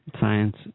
science